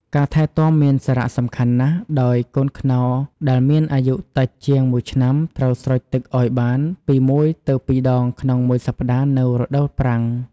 ការថែទាំមានសារៈសំខាន់ណាស់ ដោយកូនខ្នុរដែលមានអាយុតិចជាងមួយឆ្នាំ ត្រូវស្រោចទឹកឲ្យបានពី ១ ទៅ ២ ដងក្នុងមួយសប្តាហ៍នៅរដូវប្រាំង។